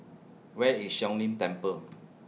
Where IS Siong Lim Temple